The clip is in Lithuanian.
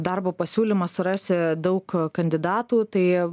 darbo pasiūlymą surasi daug kandidatų tai